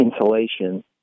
insulation